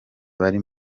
bari